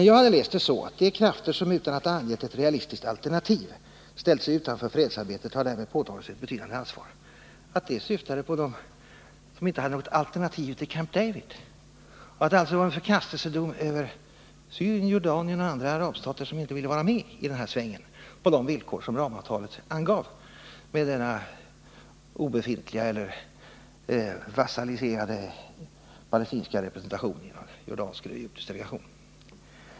Jag har läst meningen om att de krafter ”som, utan att ha angett ett realistiskt alternativ, ställt sig utanför fredsarbetet har därmed påtagit sig ett betydande ansvar” så att den syftade på dem som inte hade något alternativ till Camp David och att det alltså var en förkastelsedom över Syrien, Jordanien och andra arabstater som inte ville vara med i den här svängen på de villkor som ramavtalet angav, med denna obefintliga eller Nr 31 vasalliserade palestinska representation inom Jordaniens och Egyptens Måndagen den delegation.